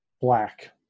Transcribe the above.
black